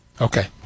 Okay